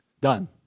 Done